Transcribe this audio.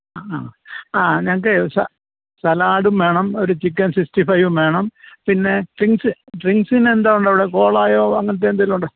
ആ ആ ഞങ്ങൾക്ക് സ സലാഡും വേണം ഒരു ചിക്കൻ സിക്സ്റ്റി ഫൈവും വേണം പിന്നെ ഡ്രിങ്ക്സ് ഡ്രിങ്ക്സിന് എന്താണ് ഉള്ളത് അവിടെ കോളയോ അങ്ങനത്തെ എന്തെങ്കിലും ഉണ്ടോ